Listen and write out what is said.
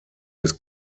des